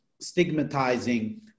stigmatizing